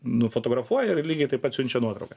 nufotografuoja ir lygiai taip pat siunčia nuotrauką